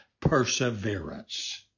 perseverance